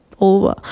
over